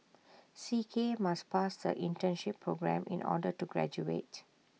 C K must pass the internship programme in order to graduate